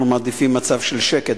אנחנו מעדיפים מצב של שקט,